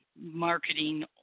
marketing